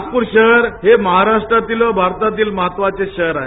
नागप्र शहर हे महाराश्ट्रातील व भारतातील महत्वाचे शहर आहे